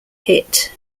hit